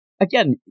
Again